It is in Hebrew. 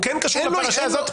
לא, הוא כן קשור לפרשה הזאת.